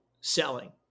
selling